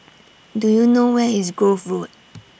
Do YOU know Where IS Grove Road